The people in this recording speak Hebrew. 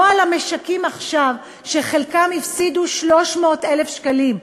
לא על המשקים שחלקם עכשיו הפסידו 300,000 שקלים.